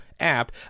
app